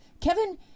Kevin